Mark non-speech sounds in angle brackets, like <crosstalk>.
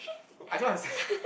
I don't understand <breath>